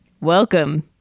Welcome